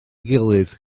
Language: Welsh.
gilydd